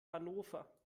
hannover